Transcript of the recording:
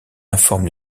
informe